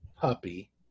puppy